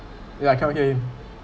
ya I can't hear you